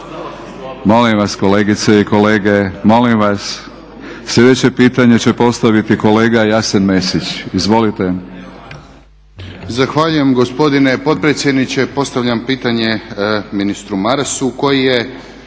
Molim vas kolegice i kolege. Sljedeće pitanje će postaviti kolega Jasen Mesić. Izvolite.